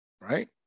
right